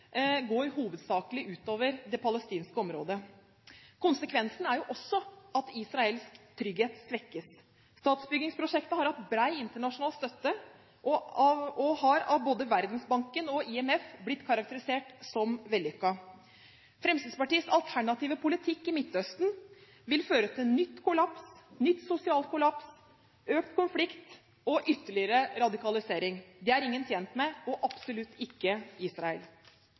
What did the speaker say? går hovedsakelig ut over det palestinske området. Konsekvensen er jo også at Israels trygghet svekkes. Statsbyggingsprosjektet har hatt bred internasjonal støtte, og har av både Verdensbanken og IMF blitt karakterisert som vellykket. Fremskrittspartiets alternative politikk i Midtøsten vil føre til ny sosial kollaps, økt konflikt og ytterligere radikalisering. Det er ingen tjent med – og absolutt ikke Israel.